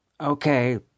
Okay